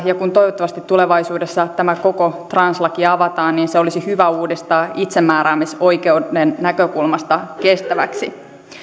ja toivottavasti kun tulevaisuudessa tämä koko translaki avataan niin se olisi hyvä uudistaa itsemääräämisoikeuden näkökulmasta kestäväksi